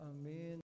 Amen